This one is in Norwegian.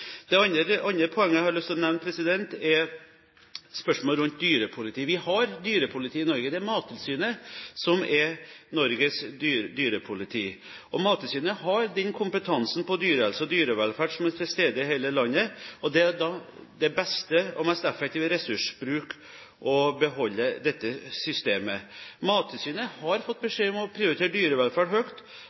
Det andre poenget jeg har lyst til å nevne, er spørsmålet om dyrepoliti. Vi har dyrepoliti i Norge. Det er Mattilsynet som er Norges dyrepoliti. Mattilsynet har kompetanse på dyrehelse og dyrevelferd, og er til stede i hele landet. Det er den beste og mest effektive ressursbruk å beholde dette systemet. Mattilsynet har fått beskjed om å prioritere dyrevelferd